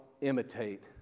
imitate